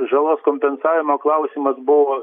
žalos kompensavimo klausimas buvo